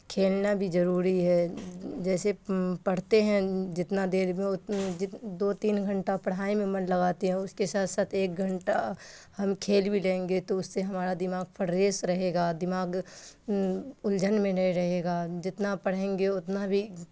کھیلنا بھی ضروری ہے جیسے پڑھتے ہیں جتنا دیر میں دو تین گھنٹہ پڑھائی میں من لگاتے ہیں اس کے ساتھ ساتھ ایک گھنٹہ ہم کھیل بھی لیں گے تو اس سے ہمارا دماغ فریس رہے گا دماغ الجھن میں نہیں رہے گا جتنا پڑھیں گے اتنا بھی